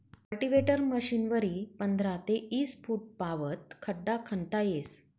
cultivator मशीनवरी पंधरा ते ईस फुटपावत खड्डा खणता येस